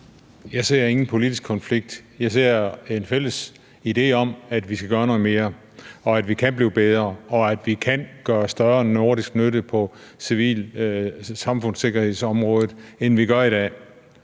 Jeg ser ingen politisk konflikt. Jeg ser en fælles idé om, at vi skal gøre noget mere, og at vi kan blive bedre, og vi kan gøre større nordisk nytte på civilsamfundssikkerhedsområdet, end vi gør i dag.